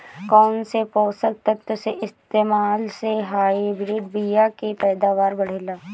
कौन से पोषक तत्व के इस्तेमाल से हाइब्रिड बीया के पैदावार बढ़ेला?